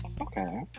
Okay